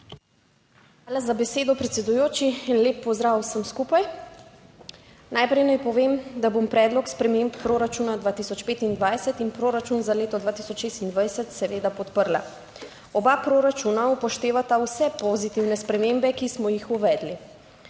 Hvala za besedo predsedujoči in lep pozdrav vsem skupaj! Najprej naj povem, da bom predlog sprememb proračuna 2025 in proračun za leto 2026 seveda podprla. Oba proračuna upoštevata vse pozitivne spremembe, ki smo jih uvedli.